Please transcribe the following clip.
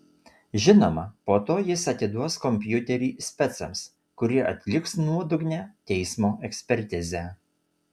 žinoma po to jis atiduos kompiuterį specams kurie atliks nuodugnią teismo ekspertizę